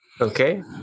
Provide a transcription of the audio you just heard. Okay